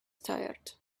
tired